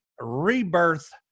rebirth